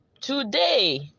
Today